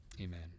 Amen